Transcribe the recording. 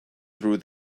through